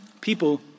people